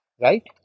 right